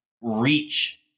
Reach